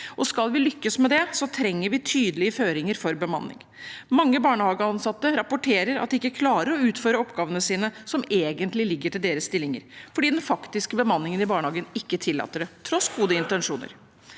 Og skal vi lykkes med det, trenger vi tydelige føringer for bemanning. Mange barnehageansatte rapporterer at de ikke klarer å utføre oppgavene som egentlig ligger til deres stillinger, fordi den faktiske bemanningen i barnehagen ikke tillater det, tross gode intensjoner.